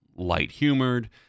light-humored